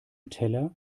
teller